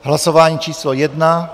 Hlasování číslo 1.